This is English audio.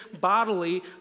bodily